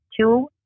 two